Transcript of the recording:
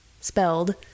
spelled